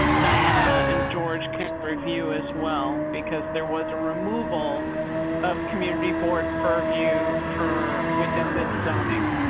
diana and george can review as well because there was a removal of community board purview for within this zoning.